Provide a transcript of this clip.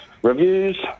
reviews